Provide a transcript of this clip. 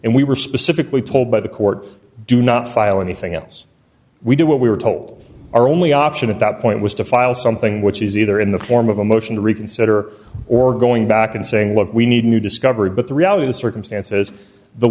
and we were specifically told by the court do not file anything else we do what we were told our only option at that point was to file something which is either in the form of a motion to reconsider or going back and saying look we need a new discovery but the reality the circumstances the